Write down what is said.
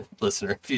listener